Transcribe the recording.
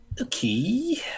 Okay